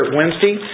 Wednesday